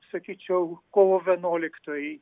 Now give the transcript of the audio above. sakyčiau kovo vienuoliktajai